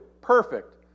Perfect